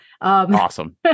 awesome